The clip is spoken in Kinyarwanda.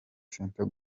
center